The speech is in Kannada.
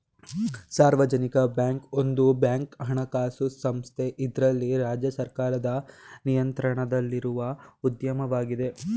ಸಾರ್ವಜನಿಕ ಬ್ಯಾಂಕ್ ಒಂದು ಬ್ಯಾಂಕ್ ಹಣಕಾಸು ಸಂಸ್ಥೆ ಇದ್ರಲ್ಲಿ ರಾಜ್ಯ ಸರ್ಕಾರದ ನಿಯಂತ್ರಣದಲ್ಲಿರುವ ಉದ್ಯಮವಾಗಿದೆ